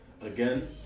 again